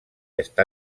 està